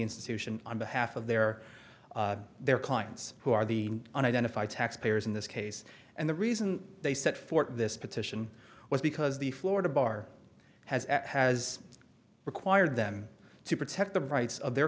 institution on behalf of their their clients who are the on identify taxpayers in this case and the reason they set forth this petition was because the florida bar has has required them to protect the rights of their